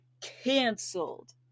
canceled